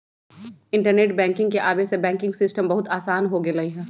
internet banking के आवे से बैंकिंग सिस्टम बहुत आसान हो गेलई ह